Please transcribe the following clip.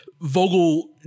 Vogel